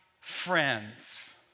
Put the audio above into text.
friends